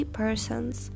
persons